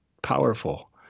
powerful